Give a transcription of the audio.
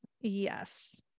yes